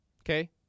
Okay